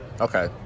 Okay